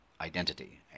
identity